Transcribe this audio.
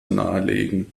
nahelegen